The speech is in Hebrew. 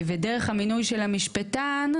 דרך המינוי של המשפטן,